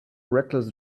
reckless